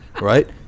right